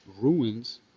ruins